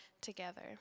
together